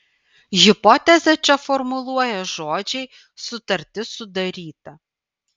hipotezę čia formuluoja žodžiai sutartis sudaryta